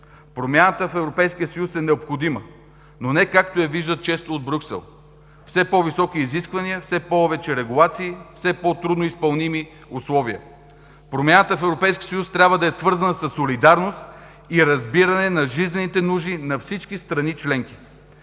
Европейския съюз е необходима, но не както я виждат често от Брюксел – все по-високи изисквания, все повече регулации, все по-трудно изпълними условия. Промяната в Европейския съюз трябва да е свързана със солидарност и разбиране на жизнените нужди на всички страни членки.